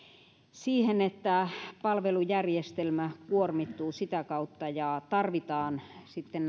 siihen että palvelujärjestelmä kuormittuu sitä kautta ja tarvitaan sitten